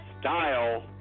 style